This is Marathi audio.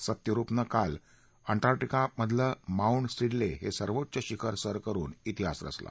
सत्यरुपनं काल अंटार्क्टिकामधलं माउंट सिडले हे सर्वोच्च शिखर सर करून इतिहास रचला